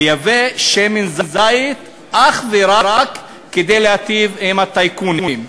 לייבא שמן זית אך ורק כדי להיטיב עם הטייקונים.